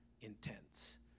intense